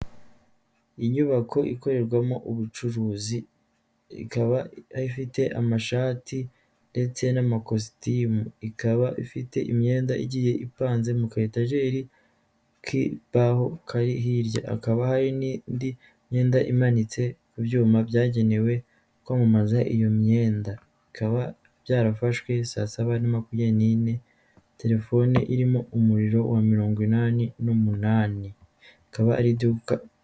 Inyubako ikorerwamo ubucuruzi ikaba ifite amashati ndetse n'amakositimu ikaba ifite imyenda igiye ipanze muka etajeri k'imbaho, kari hirya hakaba hari n'indi myenda imanitse kubyuma byagenewe kwamamaza iyo myenda, bikaba byarafashwe saa saba na makumyabiri n'ine, telefone irimo umuriro wa mirongo inani n'umunani ikaba ariduka.